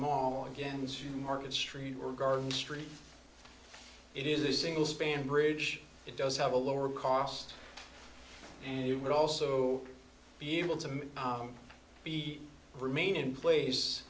small again to market street or garden street it is a single span bridge it does have a lower cost and you would also be able to be remain in place